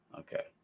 okay